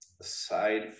Aside